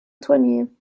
tournee